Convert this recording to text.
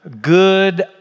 Good